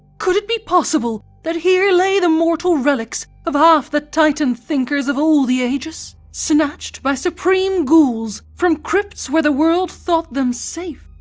could it be possible that here lay the mortal relics of half the titan thinkers of all the ages snatched by supreme ghouls from crypts where the world thought them safe,